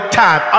time